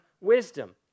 wisdom